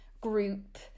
group